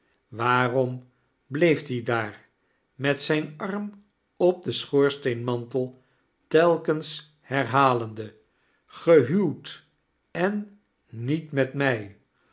waarom bleef die daar met zijn arm op den schoorsteenmantel telkens herhalende gehuwd en niet met mij